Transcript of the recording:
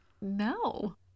No